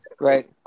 Right